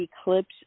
eclipse